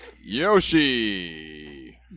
Yoshi